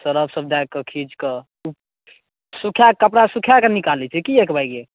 सर्फसभ दए कऽ खीचि कऽ सुखाए कऽ कपड़ा सुखा कऽ निकालैत छै की एकबाइगे